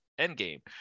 Endgame